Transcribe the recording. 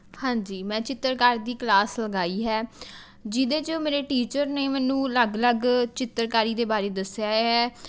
ਹਾਂਜੀ ਮੈਂ ਚਿੱਤਰਕਾਰੀ ਦੀ ਕਲਾਸ ਲਗਾਈ ਹੈ ਜਿਹਦੇ 'ਚ ਮੇਰੇ ਟੀਚਰ ਨੇ ਮੈਨੂੰ ਅਲੱਗ ਅਲੱਗ ਚਿੱਤਰਕਾਰੀ ਦੇ ਬਾਰੇ ਦੱਸਿਆ ਹੈ